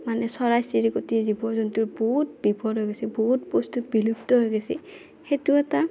মানে চৰাই চিৰিকটি জীৱ জন্তুৰ বহুত বিপদ হৈ গেইছি বহুত বস্তু বিলুপ্ত হৈ গেইছি সেইটো এটা